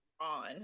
on